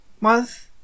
month